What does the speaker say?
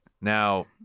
Now